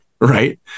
Right